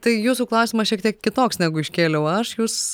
tai jūsų klausimas šiek tiek kitoks negu iškėliau aš jūs